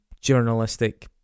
journalistic